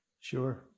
Sure